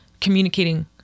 communicating